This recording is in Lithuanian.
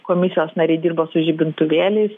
komisijos nariai dirbo su žibintuvėliais